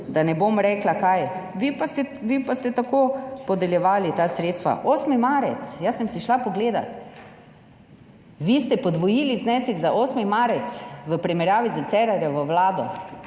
da ne bom rekla kaj, vi pa ste tako podeljevali ta sredstva. 8. marec, jaz sem si šla pogledat, vi ste podvojili znesek za Inštitut 8. marec v primerjavi s Cerarjevo vlado.